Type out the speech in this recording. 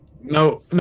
No